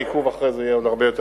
העיכוב אחרי זה יהיה עוד הרבה יותר,